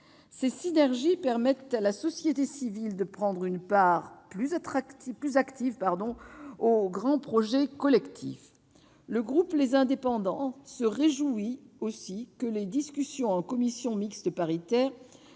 ces synergies permettent à la société civile de prendre une part plus active aux grands projets collectifs. Le groupe Les Indépendants se réjouit aussi que les discussions en commission mixte paritaire